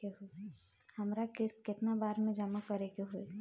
हमरा किस्त केतना बार में जमा करे के होई?